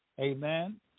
amen